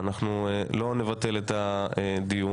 אנחנו לא נבטל את הדיון.